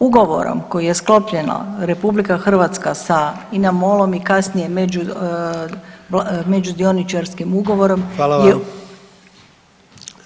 Ugovorom koji je sklopljeno RH sa INA MOL-om i kasnije međudioničarskim ugovorom [[Upadica: Hvala vam.]] je…